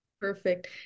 Perfect